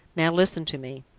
now listen to me.